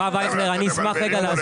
לא.